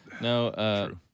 No